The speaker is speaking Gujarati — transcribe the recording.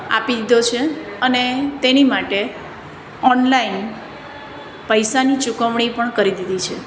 આપી દીધો છે અને તેની માટે ઓનલાઈન પૈસાની ચૂકવણી પણ કરી દીધી છે